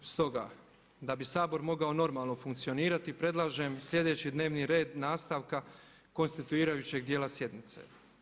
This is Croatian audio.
Stoga da bi Sabor mogao normalno funkcionirati predlažem slijedeći dnevni red nastavka konstituirajućeg djela sjednica.